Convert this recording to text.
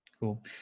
Cool